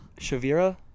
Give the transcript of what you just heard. Shavira